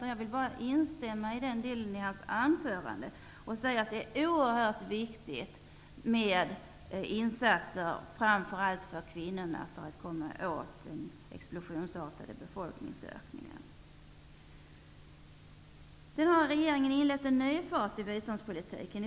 Jag vill bara instämma i den bild som han gav i sitt anförande och säga att det är oerhört viktigt att det görs insatser för kvinnor för att komma till rätta med den explosionsartade befolkningsökningen. Regeringen har inlett en ny fas i biståndspolitiken.